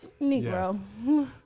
Negro